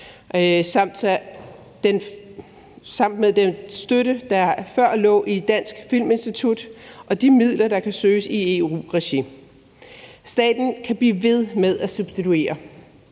sammen med den støtte, der før lå i Dansk Filminstitut og de midler, der kan søges i EU-regi. Staten kan blive ved med at subsidiere.